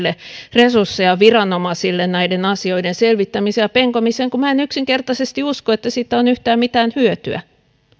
resursseja viranomaisille näiden asioiden selvittämiseen ja penkomiseen kun minä en yksinkertaisesti usko että siitä on yhtään mitään hyötyä